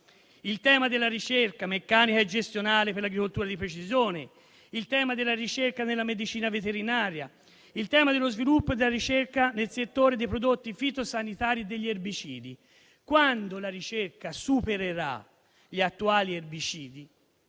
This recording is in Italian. al tema della ricerca meccanica e gestionale per l'agricoltura di precisione, al tema della ricerca nella medicina veterinaria e al tema dello sviluppo e della ricerca nel settore dei prodotti fitosanitari e degli erbicidi: quando la ricerca supererà gli attuali erbicidi